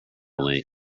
length